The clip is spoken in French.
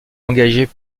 engagés